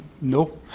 No